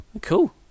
Cool